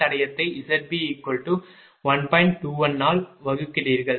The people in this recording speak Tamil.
21 ஆல் வகுக்கிறீர்கள்